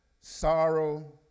sorrow